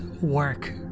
work